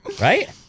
right